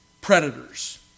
predators